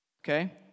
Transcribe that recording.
Okay